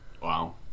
Wow